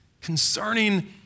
concerning